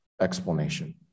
explanation